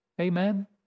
Amen